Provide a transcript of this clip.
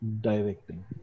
Directing